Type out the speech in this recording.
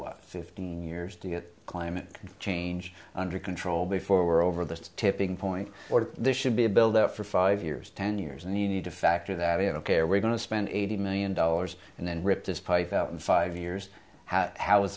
was fifteen years to get climate change under control before we're over the tipping point or this should be a build up for five years ten years and you need to factor that in ok we're going to spend eighty million dollars and then rip despite the five years how